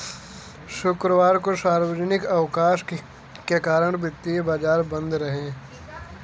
शुक्रवार को सार्वजनिक अवकाश के कारण सभी वित्तीय बाजार बंद रहे